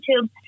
youtube